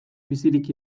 bizirik